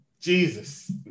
Jesus